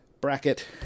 bracket